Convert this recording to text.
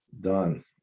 Done